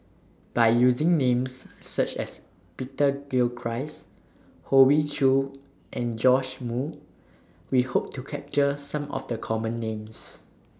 By using Names such as Peter Gilchrist Hoey Choo and Joash Moo We Hope to capture Some of The Common Names